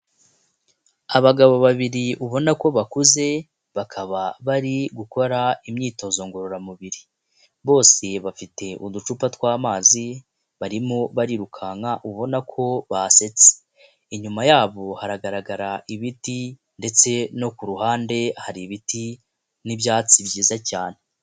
Abagabo babiri ubona ko bakuze, bakaba bari gukora imyitozo ngororamubiri, bose bafite uducupa tw'amazi, barimo barirukanka ubona ko basetse, inyuma yabo haragaragara ibiti ndetse no ku ruhande hari ibiti n'ibyatsi byiza cyane.